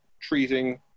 treating